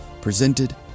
presented